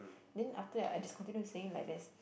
then after that I just continue saying like this